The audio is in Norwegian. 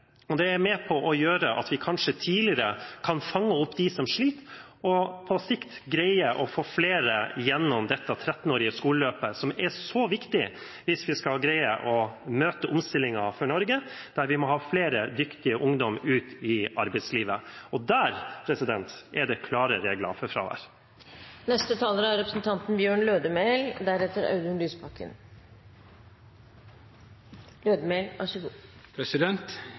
enkelte elev er med på å gjøre at vi kanskje tidligere kan fange opp de som sliter, og på sikt greie å få flere gjennom dette 13-årige skoleløpet som er så viktig hvis vi skal greie å møte omstillingen for Norge, der vi må ha flere dyktige ungdommer ut i arbeidslivet. Og der er det klare regler for fravær.